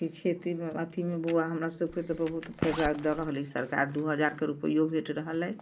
ई खेतीमे अथीमे बौआ हमरा सबके तऽ बहुत फायदा दऽ रहल अइ सरकार दू हजारके रुपैओ यो भेट रहल अइ